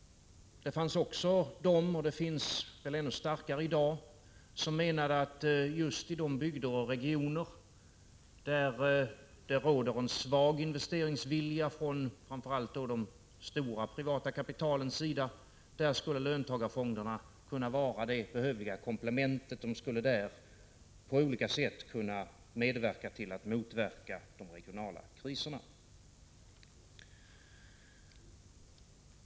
Det fanns också de — och finns väl i ännu högre grad i dag — som menade att just i de bygder och regioner där det råder en svag investeringsvilja, från 69 framför allt de stora privata kapitalens sida, skulle löntagarfonderna kunna vara det behövliga komplementet och på olika sätt kunna bidra till att motverka de regionala kriserna.